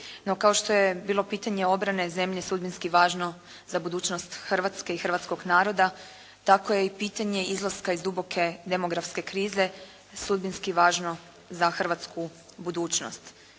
kao što je bilo pitanje obrane zemlje sudbinski važno za budućnost Hrvatske i hrvatskog naroda tako je i pitanje izlaska iz duboke demografske krize sudbinski važno za hrvatsku budućnost.